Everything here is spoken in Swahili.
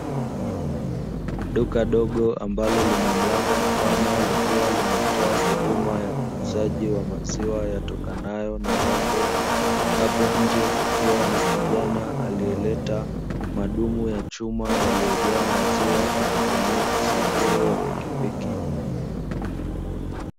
Duka dogo ambalo lina mlango mpana likiwa linatoa huduma ya uuzaji wa maziwa yatokanayo na ng'ombe. Hapo nje kukiwa na kijana aliyeleta madumu ya chuma yaliyojaa maziwa, akitumia usafiri wa pikipiki.